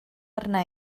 arna